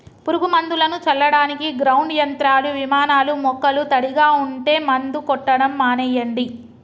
పురుగు మందులను చల్లడానికి గ్రౌండ్ యంత్రాలు, విమానాలూ మొక్కలు తడిగా ఉంటే మందు కొట్టడం మానెయ్యండి